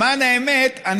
למען האמת,